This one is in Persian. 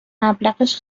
مبلغش